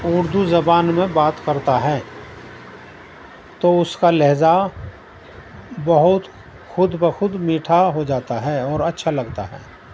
اردو زبان میں بات کرتا ہے تو اس کا لہجہ بہت خود بخود میٹھا ہو جاتا ہے اور اچھا لگتا ہے